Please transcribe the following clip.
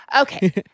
okay